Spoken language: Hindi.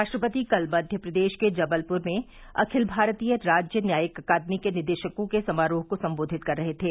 राष्ट्रपति कल मध्यप्रदेश के जबलपुर में अखिल भारतीय राज्य न्यायिक अकादमी के निदेशकों के समारोह को सम्बोधित कर रहे थे